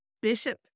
bishop